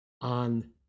on